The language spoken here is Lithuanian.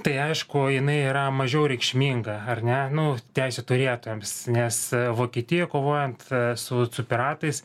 tai aišku jinai yra mažiau reikšminga ar ne nu teisių turėtojams nes vokietija kovojant su su piratais